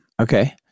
Okay